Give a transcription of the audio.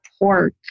pork